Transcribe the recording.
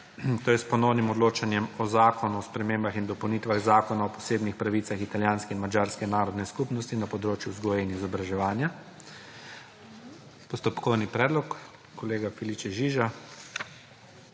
to je s ponovnim odločanjem o Zakonu o spremembah in dopolnitvah Zakona o posebnih pravicah italijanske in madžarske narodne skupnosti na področju vzgoje in izobraževanja. Postopkovni predlog kolega Felice Žiža.